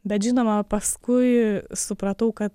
bet žinoma paskui supratau kad